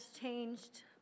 changed